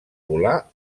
volar